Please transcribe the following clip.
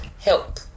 help